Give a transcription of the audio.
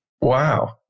Wow